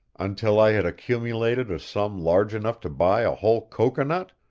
until i had accumulated a sum large enough to buy a whole cocoanut,